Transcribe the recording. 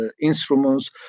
instruments